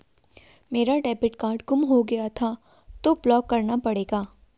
मेरा debit card गुम हो गया था तो ब्लॉक करना पड़ा